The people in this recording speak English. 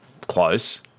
Close